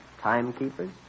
timekeepers